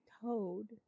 Toad